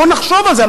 בואו נחשוב על זה.